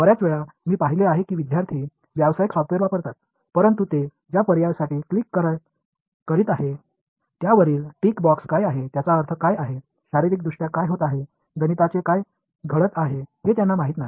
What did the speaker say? बर्याच वेळा मी पाहिले आहे की विद्यार्थी व्यावसायिक सॉफ्टवेअर वापरतात परंतु ते ज्या पर्यायांसाठी क्लिक करीत आहेत त्यावरील टिक बॉक्स काय आहेत त्याचा अर्थ काय आहे शारीरिकदृष्ट्या काय होत आहे गणिताने काय घडत आहे हे त्यांना माहिती नाही